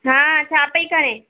हां छा पई करे